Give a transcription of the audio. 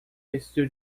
vestido